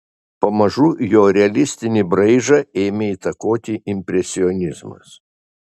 pamažu jo realistinį braižą ėmė įtakoti impresionizmas